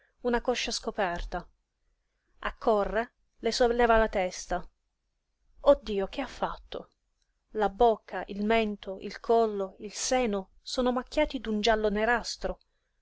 una coscia scoperta accorre le solleva la testa oh dio che ha fatto la bocca il mento il collo il seno sono macchiati d'un giallo nerastro